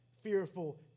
fearful